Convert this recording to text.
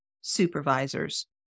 supervisors